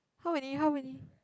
how many how many